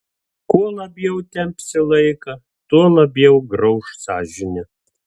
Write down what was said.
kuo labiau tempsi laiką tuo labiau grauš sąžinė